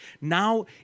Now